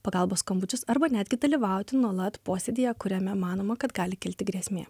pagalbos skambučius arba netgi dalyvauti nuolat posėdyje kuriame manoma kad gali kilti grėsmė